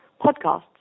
podcasts